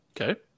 Okay